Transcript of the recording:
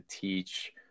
teach